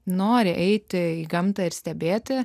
nori eiti į gamtą ir stebėti